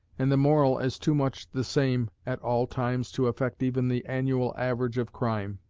and the moral as too much the same at all times to affect even the annual average of crime.